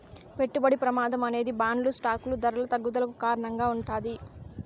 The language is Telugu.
పెట్టుబడి ప్రమాదం అనేది బాండ్లు స్టాకులు ధరల తగ్గుదలకు కారణంగా ఉంటాది